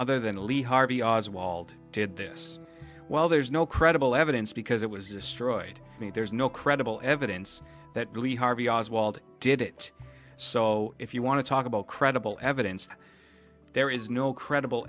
oswald did this while there's no credible evidence because it was destroyed me there's no credible evidence that really harvey oswald did it so if you want to talk about credible evidence there is no credible